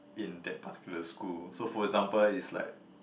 in that particular school so for example it's like